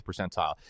percentile